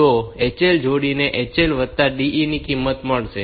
તો HL જોડીને HL વત્તા DE ની કિંમત મળશે